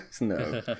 No